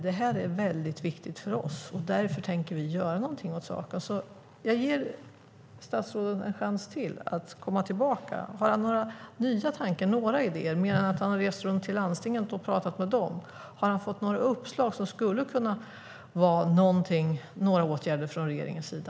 Det här är väldigt viktigt för oss, och därför tänker vi göra någonting åt saken. Jag ger statsrådet en chans till att komma tillbaka. Har han några nya tankar och några idéer mer än att han har rest runt till landstingen och talat med dem? Har han fått några uppslag som skulle kunna leda till några åtgärder från regeringens sida?